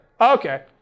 Okay